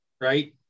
right